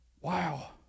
Wow